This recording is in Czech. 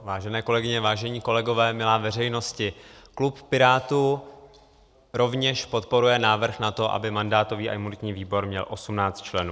Vážené kolegyně, vážení kolegové, milá veřejnosti, klub Pirátů rovněž podporuje návrh na to, aby mandátový a imunitní výbor měl 18 členů.